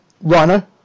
Rhino